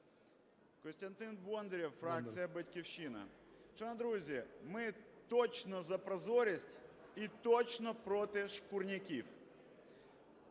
Костянтин Бондарєв, фракція "Батьківщина". Шановні друзі, ми точно за прозорість і точно проти "шкурняків".